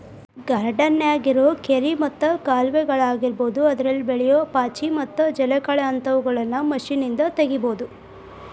ಗಾರ್ಡನ್ಯಾಗಿರೋ ಕೆರಿ ಮತ್ತ ಕಾಲುವೆಗಳ ಆಗಿರಬಹುದು ಅದ್ರಲ್ಲಿ ಬೆಳಿಯೋ ಪಾಚಿ ಮತ್ತ ಜಲಕಳೆ ಅಂತವುಗಳನ್ನ ಮಷೇನ್ನಿಂದ ತಗಿಬಹುದು